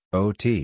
ot